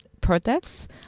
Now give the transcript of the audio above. products